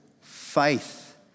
faith